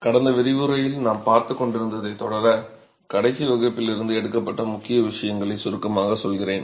கடந்த விரிவுரையில் நாம் பார்த்துக்கொண்டிருந்ததைத் தொடரகடைசி வகுப்பில் இருந்து எடுக்கப்பட்ட முக்கிய விஷயங்களை சுருக்கமாகச் சொல்கிறேன்